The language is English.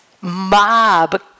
mob